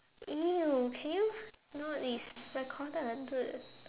!eww! can you not be it's recorded answer